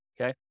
Okay